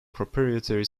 proprietary